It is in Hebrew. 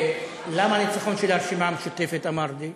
למה ניצחון של הרשימה המשותפת, אמרתי?